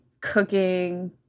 cooking